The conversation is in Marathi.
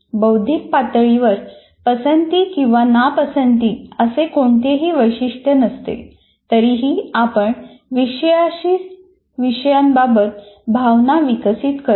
बौद्धिक पातळीवर पसंती किंवा नापसंती असे कोणतेही वैशिष्ट्ये नसते तरीही आपण विषयाशी विषयाबाबत भावना विकसित करतो